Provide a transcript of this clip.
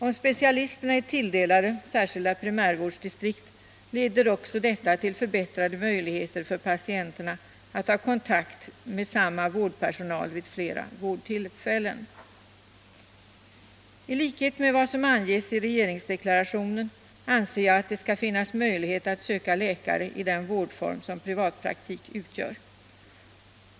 Om specialisterna är tilldelade särskilda primärvårdsdistrikt, leder också detta till förbättrade möjligheter för patienterna att ha kontakt med samma vårdpersonal vid flera vårdtillfällen. T likhet med vad som anges i regeringsdeklarationen anser jag att det skall finnas möjlighet att söka läkare i den vårdform som privatpraktik utgör.